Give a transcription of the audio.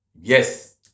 Yes